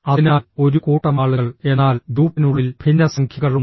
അതിനാൽ ഒരു കൂട്ടം ആളുകൾ എന്നാൽ ഗ്രൂപ്പിനുള്ളിൽ ഭിന്നസംഖ്യകൾ ഉണ്ട്